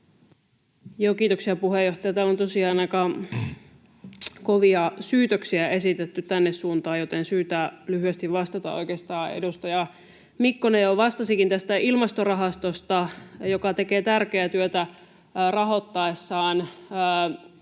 Kiitoksia, puheenjohtaja! Täällä on tosiaan aika kovia syytöksiä esitetty tänne suuntaan, joten on syytä lyhyesti vastata. Oikeastaan edustaja Mikkonen jo vastasikin tästä Ilmastorahastosta, joka tekee tärkeää työtä rahoittaessaan